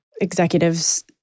executives